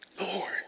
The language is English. Lord